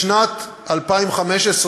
בשנת 2015,